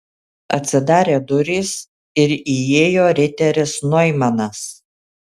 atsidarė durys ir įėjo riteris noimanas